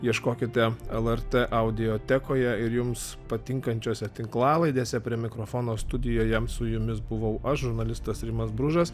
ieškokite lrt aidiotekoje ir jums patinkančiose tinklalaidėse prie mikrofono studijoje su jumis buvau aš žurnalistas rimas bružas